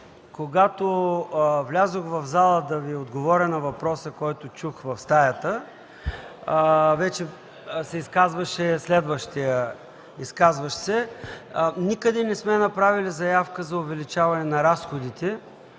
когато влязох в залата, за да Ви отговаря на въпроса, който чух в стаята, вече се изказваше следващият оратор. Никъде не сме направили заявка за увеличаване на разходите